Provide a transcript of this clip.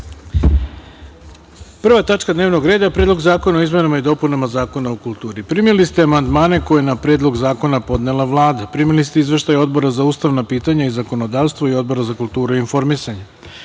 tačka dnevnog reda – Predlog zakona o izmenama i dopunama Zakona o kulturi. Primili ste amandmane koje je na Predlog zakona podnela Vlada. Primili ste izveštaj Odbora za ustavna pitanja i zakonodavstvo i Odbora za kulturu i informisanje. Pošto